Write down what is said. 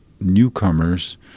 newcomers